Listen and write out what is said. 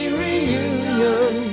reunion